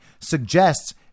suggests